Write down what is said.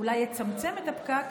אולי יצמצם את הפקק,